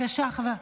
בבקשה, חבר הכנסת.